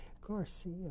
Garcia